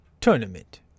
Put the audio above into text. Tournament